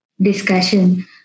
discussion